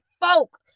folk